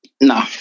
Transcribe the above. No